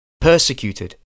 persecuted